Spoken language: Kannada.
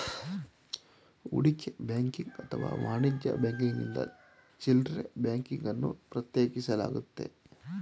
ಹೂಡಿಕೆ ಬ್ಯಾಂಕಿಂಗ್ ಅಥವಾ ವಾಣಿಜ್ಯ ಬ್ಯಾಂಕಿಂಗ್ನಿಂದ ಚಿಲ್ಡ್ರೆ ಬ್ಯಾಂಕಿಂಗ್ ಅನ್ನು ಪ್ರತ್ಯೇಕಿಸಲಾಗುತ್ತೆ